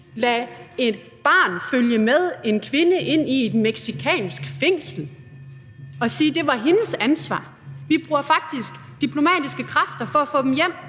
lade et barn følge med en kvinde ind i et mexicansk fængsel og sige, at det var hendes ansvar. Vi bruger faktisk diplomatiske kræfter på at få dem hjem